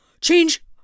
change